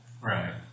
Right